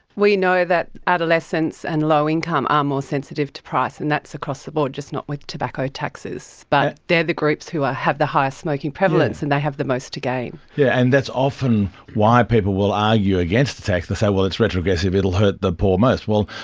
we know that adolescents and low income are more sensitive to price, and that's across the board, just not with tobacco taxes, but they are the groups who ah have the highest smoking prevalence and they have the most to gain. yes, yeah and that's often why people will argue against the tax, they'll say, well, it's retrogressive, it will hurt the poor most. well,